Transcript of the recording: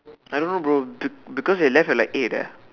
I don't know bro be~ because you left at like eight leh